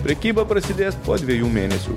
prekyba prasidės po dviejų mėnesių